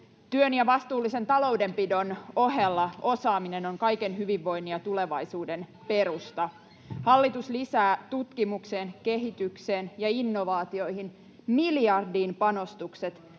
Työn ja vastuullisen taloudenpidon ohella osaaminen on kaiken hyvinvoinnin ja tulevaisuuden perusta. Hallitus lisää tutkimukseen, kehitykseen ja innovaatioihin miljardin panostukset,